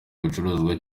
bicuruzwa